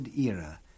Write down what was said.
era